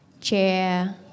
chair